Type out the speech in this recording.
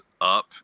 up